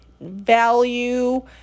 Value